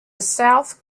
south